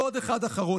ועוד אחד אחרון.